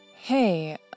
Hey